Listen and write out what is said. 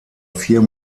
vier